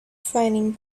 frightening